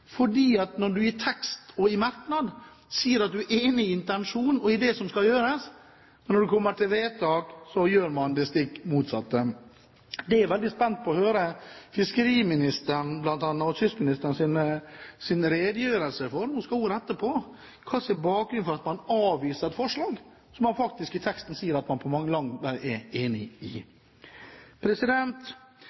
I tekst og i merknad sier man at man er enig i intensjonen og i det som skal gjøres, men når det kommer til vedtak, gjør man det stikk motsatte. Jeg er veldig spent på å høre fiskeri- og kystministerens redegjørelse, når hun skal ha ordet etterpå, for hva som er bakgrunnen for at man avviser et forslag som man i teksten sier at man langt på vei er enig i.